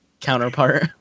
counterpart